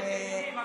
פסוקי תהילים,